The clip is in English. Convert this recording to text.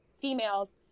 females